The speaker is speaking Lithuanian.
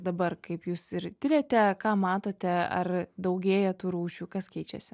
dabar kaip jūs ir tiriate ką matote ar daugėja tų rūšių kas keičiasi